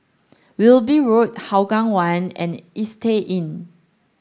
Wilby Road Hougang One and Istay Inn